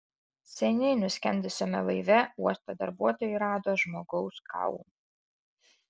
seniai nuskendusiame laive uosto darbuotojai rado žmogaus kaulų